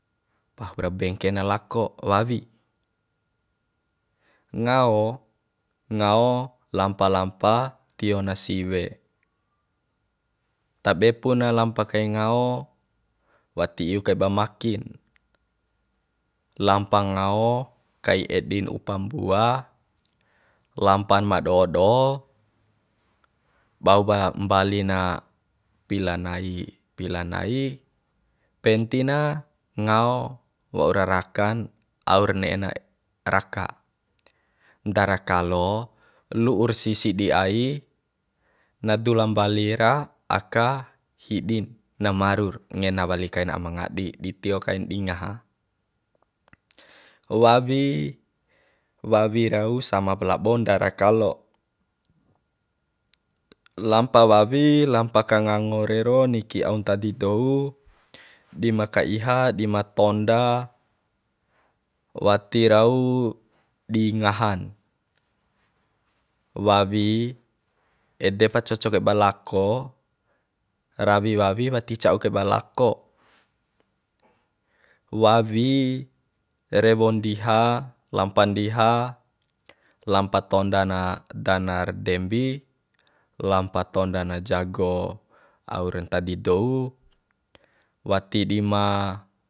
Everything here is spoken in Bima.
Pahup ra bengke na lako wawi ngao ngao lampa lampa tiona siwe tabe pu na lampa kai ngao wati iu kaiba makin lampa ngao kai edin upa mbua lampan ma do do bau pa mbali na pila nai pila nai penti na ngao waura rakan au ra ne'e na raka ndara kalo lu'ur sisidi ai na dula mbali ra aka hidin na marur ngena wali kain aima ngadi di tio kain di ngaha wawi wawi rau sama pa labo ndara kalo lampa wawi lampa ka ngango rero niki aun ntadi dou dima ka iha dima tonda wati rau di ngahan wawi ede pa coco kai ba lako rawi wawi wati ca'u kaiba lako wawi rewo ndiha lampa ndiha lampa tonda na dana ra dembi lampa tonda na jago au ra ntadi dou wati di ma